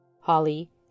Holly